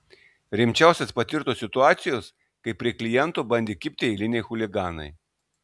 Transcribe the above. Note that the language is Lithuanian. rimčiausios patirtos situacijos kai prie klientų bandė kibti eiliniai chuliganai